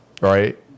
right